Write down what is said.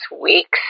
week's